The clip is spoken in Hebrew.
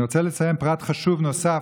אני רוצה לציין פרט חשוב נוסף,